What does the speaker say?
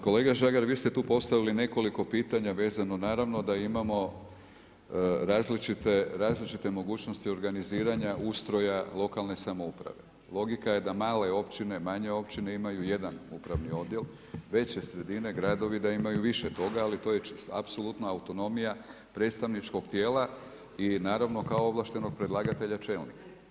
Kolega Žagar vi ste tu postavili nekoliko pitanja vezano naravno da imamo različite mogućnosti organiziranja ustroja lokalne samouprave. logika je da male općine, manje općine imaju jedan upravni odjel, veće sredine gradovi da imaju više toga, ali to je apsolutna autonomija predstavničkog tijela i naravno kao ovlaštenog predlagatelja čelnika.